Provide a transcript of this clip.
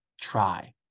try